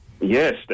Yes